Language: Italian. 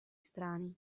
strani